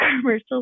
commercial